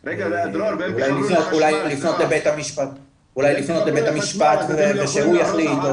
לעשות, אולי לפנות לבית המשפט ושהוא יחליט.